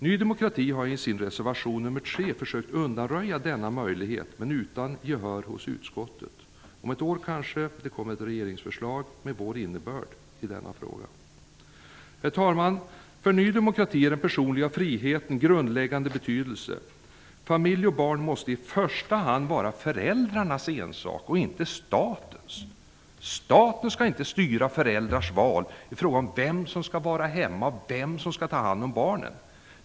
Ny demokrati har i sin reservation 3 försökt undanröja denna möjlighet, men utan gehör hos utskottet. Om ett år kanske det kommer ett regeringsförslag med vår innebörd i denna fråga. Herr talman! För Ny demokrati är den personliga friheten av grundläggande betydelse. Familj och barn måste i första hand vara föräldrarnas ensak och inte statens. Staten skall inte styra föräldrarnas val i fråga om vem som skall vara hemma och vem som skall ta hand om barnen.